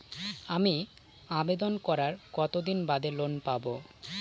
আমি আবেদন করার কতদিন বাদে লোন পাব?